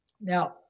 Now